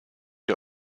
der